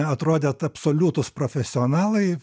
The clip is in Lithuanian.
atrodėt absoliutūs profesionalai